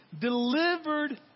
delivered